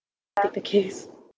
take the case